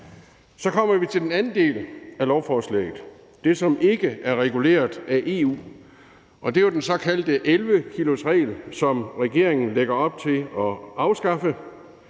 Så kommer vi til den anden del af lovforslaget, nemlig det, som ikke er reguleret af EU. Det er jo den såkaldte 11-kilosregel, som regeringen lægger op til at afskaffe.